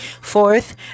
fourth